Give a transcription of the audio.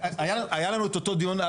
היה לנו את אותו דיון,